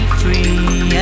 free